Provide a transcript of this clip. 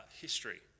history